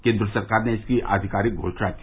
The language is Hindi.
केन्द्र सरकार ने इसकी आधिकारिक घोषणा की